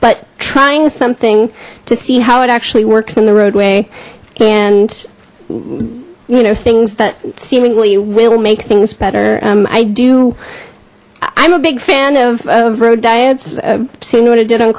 but trying something to see how it actually works in the roadway and you know things that seemingly will make things better i do i'm a big fan of road diets seeing what i did on